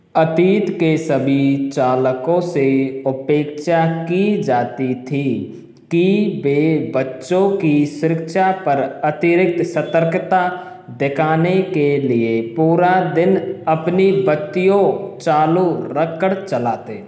अतीत के सभी चालकों से उपेक्षा की जाती थी कि वे बच्चों की सुरक्षा पर अतिरिक्त सतर्कता दिखाने के लिए पूरा दिन अपनी बत्तियों चालू रख कर चलाते